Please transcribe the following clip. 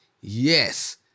yes